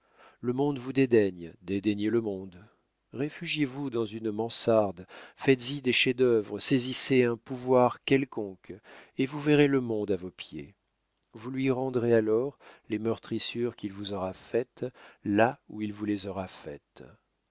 le monde vous dédaigne dédaignez le monde réfugiez vous dans une mansarde faites-y des chefs-d'œuvre saisissez un pouvoir quelconque et vous verrez le monde à vos pieds vous lui rendrez alors les meurtrissures qu'il vous aura faites là où il vous les aura faites